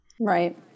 Right